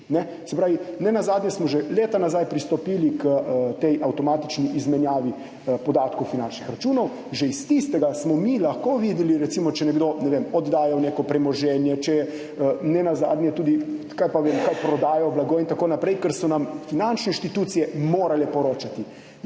prišli. Nenazadnje smo že leta nazaj pristopili k tej avtomatični izmenjavi podatkov finančnih računov. Že iz tistega smo mi lahko videli, recimo, če je nekdo oddajal neko premoženje, če je nenazadnje, kaj pa vem, prodajal blago in tako naprej, ker so nam finančne institucije morale poročati.